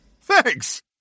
Thanks